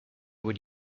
would